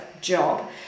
job